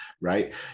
Right